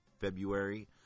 February